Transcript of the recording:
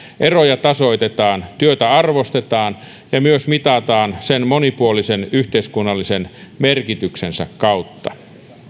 eroja tasoitetaan työtä arvostetaan ja sitä myös mitataan monipuolisen yhteiskunnallisen merkityksensä kautta